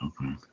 Okay